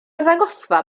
arddangosfa